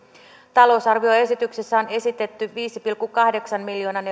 talousarvioesityksessä on esitetty viiden pilkku kahdeksan miljoonan